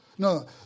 No